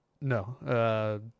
No